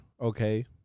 okay